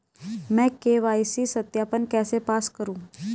मैं के.वाई.सी सत्यापन कैसे पास करूँ?